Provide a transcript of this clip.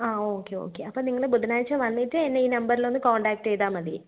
ആ okay okay അപ്പം നിങ്ങൾ ബുധനാഴ്ച വന്നിട്ട് എന്നെയീ നമ്പറിലൊന്ന് കോൺടാക്ട് ചെയ്താൽമതി